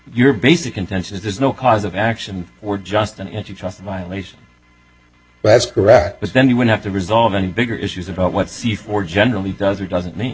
your basic contention is there's no cause of action or just an interest violation that's correct but then you would have to resolve any bigger issues about what c four generally does or doesn't mean